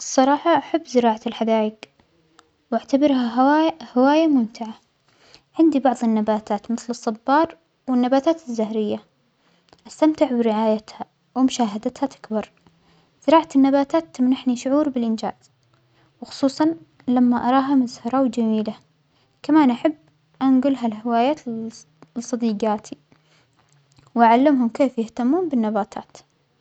الصراحة أحب زراعة الحدائق وأعتبرها هوا-هواية ممتعة، عندى بعظ النباتات مثل الصبار والنباتات الزهرية أستمتع بمراعتها ومشاهدتها تكبر، زراعة النباتات تمنحنى شعور بالإنجاز وخصوصا لما أراها مزهرة وجميلة، كمان أحب أنجل هالهوايات لص-لصديجاتى وأعلمهم كيف يهتمون بالنباتات.